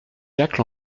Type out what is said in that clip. jacques